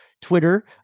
twitter